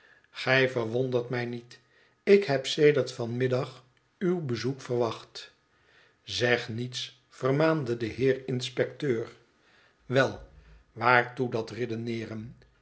gij verwondert mij niet ik heb sedert van middag uw bezoek verwacht zeg niets vermaande deheerinspecteur wel waartoe dat re